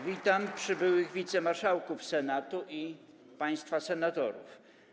Witam przybyłych wicemarszałków Senatu i państwa senatorów.